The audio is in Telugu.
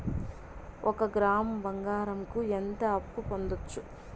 ఒక గ్రాము బంగారంకు ఎంత అప్పు పొందొచ్చు